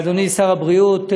אדוני שר הבריאות,